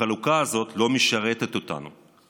החלוקה הזאת לא משרתת אותנו,